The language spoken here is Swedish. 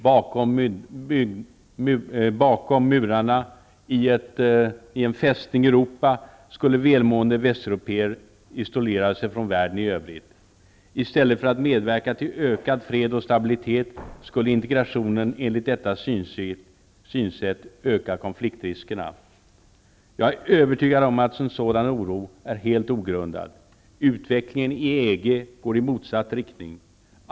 Bakom murarna i ett Festung Europa skulle välmående västeuropéer isolera sig från världen i övrigt. I stället för att medverka till ökad fred och stabilitet skulle integrationen med detta synsätt öka konfliktriskerna. Jag är övertygad om att en sådan oro är helt ogrundad. Utvecklingen inom EG går i motsatt riktning.